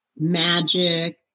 magic